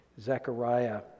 Zechariah